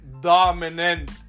dominant